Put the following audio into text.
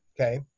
Okay